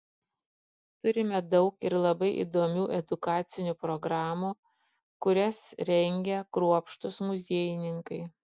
turime daug ir labai įdomių edukacinių programų kurias rengia kruopštūs muziejininkai